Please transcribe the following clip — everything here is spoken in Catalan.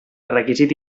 requisit